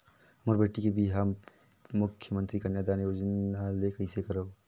मोर बेटी के बिहाव मुख्यमंतरी कन्यादान योजना ले कइसे करव?